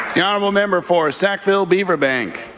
the honourable member for sackville-beaver bank.